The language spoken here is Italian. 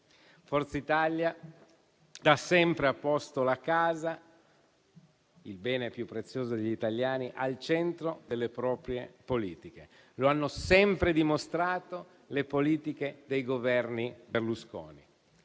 Forza Italia da sempre ha posto la casa, il bene più prezioso degli italiani, al centro delle proprie politiche, lo hanno sempre dimostrato le politiche dei Governi Berlusconi.